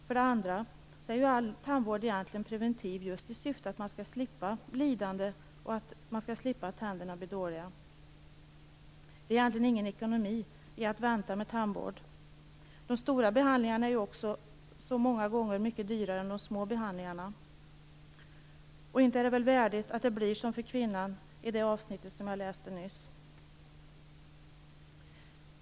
För det andra är ju all vård tandvård egentligen preventiv just i syfte att man skall slippa lidande och att tänderna blir dåliga. Det är egentligen ingen ekonomi i att vänta med tandvård. De stora behandlingarna är ju också många gånger mycket dyrare än de små behandlingarna. Och inte är det väl värdigt att det blir som för kvinnan i det avsnitt jag läste nyss?